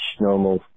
normal